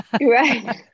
Right